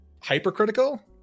hypercritical